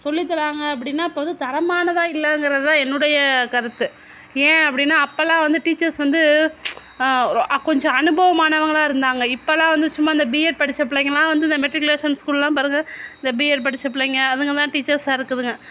சொல்லித்தராங்க அப்படின்னா அப்போ வந்து தரமானதாக இல்லைங்குறதுதான் என்னுடைய கருத்து ஏன் அப்படின்னா அப்பலாம் வந்து டீச்சர்ஸ் வந்து கொஞ்சம் அனுபவமானவங்களாக இருந்தாங்க இப்போலாம் வந்து சும்மா இந்த பி எட் படிச்ச பிள்ளைங்களா வந்து இந்த மெட்ரிகுலேஷன் ஸ்கூல்லலாம் பாருங்க இந்த பி எட் படிச்ச பிள்ளைங்க அதுங்கதான் டீச்சர்ஸாக இருக்குதுங்க